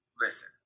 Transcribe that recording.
Listen